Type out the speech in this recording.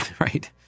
right